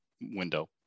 window